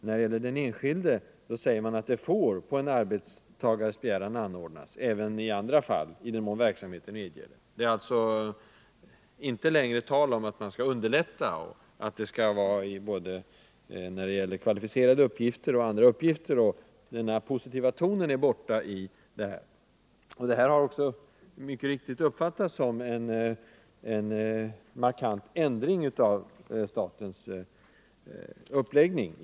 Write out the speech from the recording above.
När det gäller den enskilde säger man att det får anordnas på en arbetstagares begäran även i andra fall, i den mån verksamheten medger. Det är alltså inte längre tal om att underlätta för den enskilde eller att förordningen skall gälla både kvalificerade uppgifter och andra uppgifter. Den tidigare positiva tonen är borta. Detta har också mycket riktigt uppfattats som en markant ändring av statens inställning.